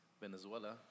Venezuela